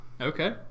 Okay